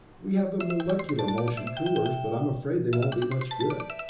we have the molecular motion coolers, but i'm afraid they won't be much good.